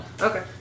Okay